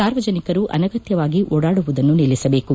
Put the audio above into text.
ಸಾರ್ವಜನಿಕರು ಅನಗತ್ಯವಾಗಿ ಓಡಾಡುವುದನ್ನು ನಿಲ್ಲಿಸಬೇಕು